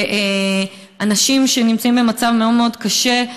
באנשים שנמצאים במצב מאוד קשה.